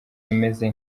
imeze